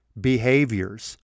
behaviors